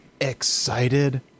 excited